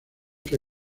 que